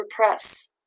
repress